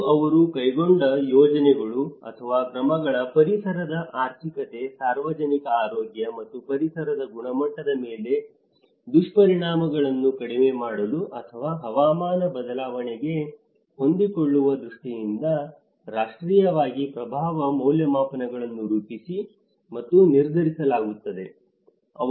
ಮತ್ತು ಅವರು ಕೈಗೊಂಡ ಯೋಜನೆಗಳು ಅಥವಾ ಕ್ರಮಗಳ ಪರಿಸರದ ಆರ್ಥಿಕತೆ ಸಾರ್ವಜನಿಕ ಆರೋಗ್ಯ ಮತ್ತು ಪರಿಸರದ ಗುಣಮಟ್ಟದ ಮೇಲೆ ದುಷ್ಪರಿಣಾಮಗಳನ್ನು ಕಡಿಮೆ ಮಾಡಲು ಅಥವಾ ಹವಾಮಾನ ಬದಲಾವಣೆಗೆ ಹೊಂದಿಕೊಳ್ಳುವ ದೃಷ್ಟಿಯಿಂದ ರಾಷ್ಟ್ರೀಯವಾಗಿ ಪ್ರಭಾವ ಮೌಲ್ಯಮಾಪನಗಳನ್ನು ರೂಪಿಸಿ ಮತ್ತು ನಿರ್ಧರಿಸಲಾಗುತ್ತದೆ